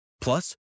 Plus